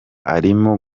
arimo